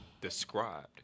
Described